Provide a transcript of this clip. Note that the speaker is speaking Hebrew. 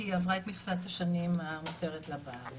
כי היא עברה את מכסת השנים המותרת לה בארץ.